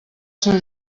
seu